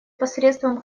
посредством